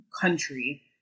country